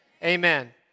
Amen